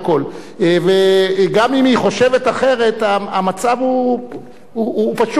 וגם אם היא חושבת אחרת, המצב הוא פשוט, רבותי.